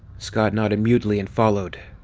scott nodded mutely and followed.